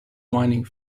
mining